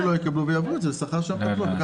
שלא יקבלו ויעבירו את זה לשכר של המטפלות.